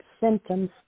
symptoms